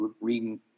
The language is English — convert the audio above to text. reading